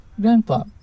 Grandpa